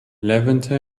levanter